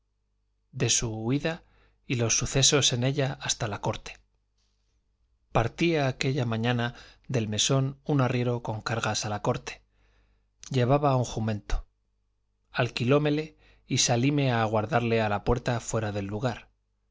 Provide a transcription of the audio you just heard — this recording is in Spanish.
de su huida y los sucesos en ella hasta la corte partía aquella mañana del mesón un arriero con cargas a la corte llevaba un jumento alquilómele y salíme a aguardarle a la puerta fuera del lugar